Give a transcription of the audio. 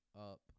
up